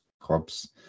clubs